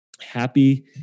Happy